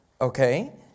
Okay